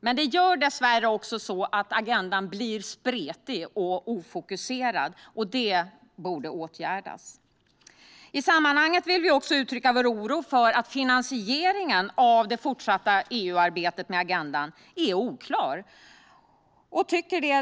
Men det gör dessvärre också att agendan blir spretig och ofokuserad, och det borde åtgärdas. I sammanhanget vill vi också uttrycka vår oro för att finansieringen av det fortsatta EU-arbetet med agendan är oklar.